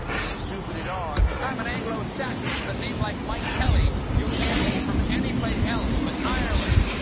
he stupided on. i'm an anglo saxon with a name like mike kelly, you can't be from any place else but ireland.